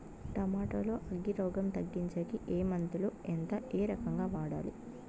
Tomato లో అగ్గి రోగం తగ్గించేకి ఏ మందులు? ఎంత? ఏ రకంగా వాడాలి?